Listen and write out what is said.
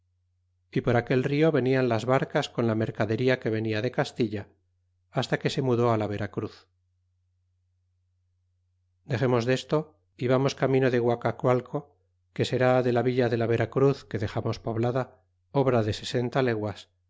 y por aquel rio venian las barcas con la mercadería que venia de castilla hasta que se mudó a la vera cruz dext mos insto é vamos camino de guacacualco que será de la villa de la vera cruz que dexamos poblada obra de sesenta leguas